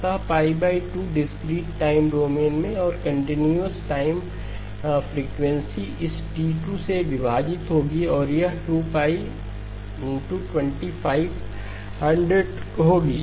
अतः 2 discrete time domain में और कंटीन्यूअस टाइम फ्रीक्वेंसी इस T2 से विभाजित होगी और यह 2π होगी